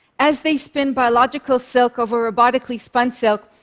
as they spin biological silk over robotically spun silk,